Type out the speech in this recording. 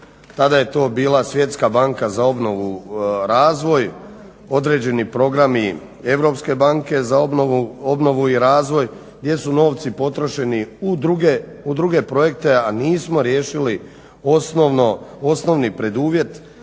Tada je to bila Svjetska banka za obnovu i razvoj, određeni programi Europske banke za obnovu i razvoj jesu novci potrošeni u druge projekte, a nismo riješili osnovni preduvjet